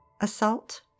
assault